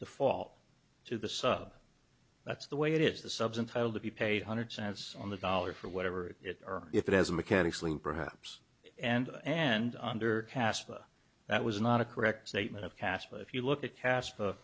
the fall to the sub that's the way it is the subs entitle to be paid hundred cents on the dollar for whatever it or if it has a mechanic's lien perhaps and and under cassava that was not a correct statement of cast but if you look at cas